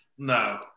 No